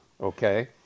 Okay